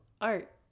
art